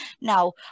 Now